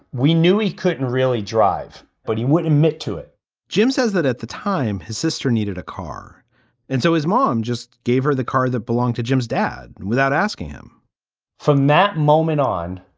we knew he couldn't really drive, but he would admit to it jim says that at the time his sister needed a car and so his mom just gave her the car that belonged to jim's dad without asking him from that moment on.